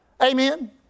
Amen